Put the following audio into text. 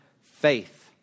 faith